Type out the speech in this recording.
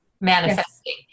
manifesting